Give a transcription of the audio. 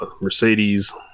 Mercedes